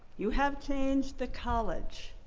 you have changed the college,